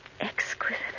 Exquisite